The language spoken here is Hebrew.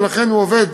ולכן הוא עובד